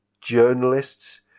journalists